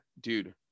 dude